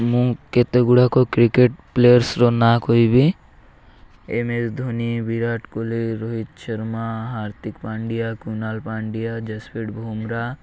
ମୁଁ କେତେ ଗୁଡ଼ାକ କ୍ରିକେଟ୍ ପ୍ଲେୟର୍ସର ନାଁ କହିବି ଏମ୍ ଏସ୍ ଧୋନି ବିରାଟ କୋହଲି ରୋହିତ ଶର୍ମା ହାର୍ଦିକ ପାଣ୍ଡିଆ କୁନାଲ ପାଣ୍ଡିଆ ଯଶପ୍ରୀତ ବୁମ୍ରା